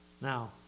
Now